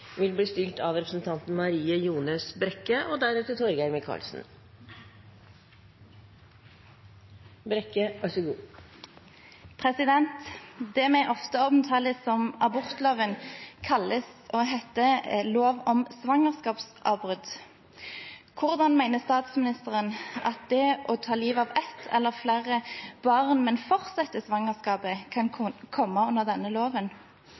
vi ofte omtaler som abortloven, heter «lov om svangerskapsavbrudd». Hvordan mener statsministeren at det å ta livet av ett eller flere barn, men fortsette svangerskapet, kan komme under denne loven?